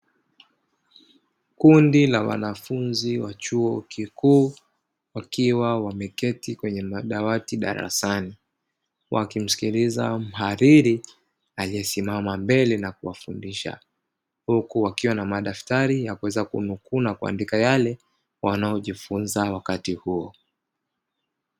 Kundi la wanafunzi wa chuo kikuu wakiwa wameketi kwenye madawati darasani, wakimsikiliza mhariri aliyesimama mbele na kuwafundisha, huku wakiwa na madaftari ya kuweza kunukuu na kuandika yale wanayojifunza wakati huo.